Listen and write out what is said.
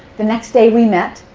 the next day we met,